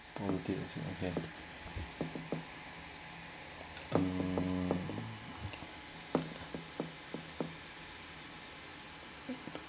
okay you can um